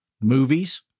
movies